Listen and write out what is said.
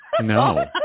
No